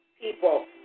people